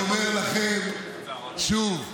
אני אומר לכם שוב,